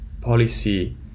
policy